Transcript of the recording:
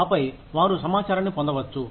ఆపై వారు సమాచారాన్ని పొందవచ్చు